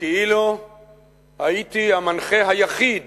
כאילו הייתי המנחה היחיד